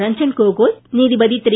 ரஞ்சன் கோகோய் நீதிபதி திரு